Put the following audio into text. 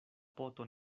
poto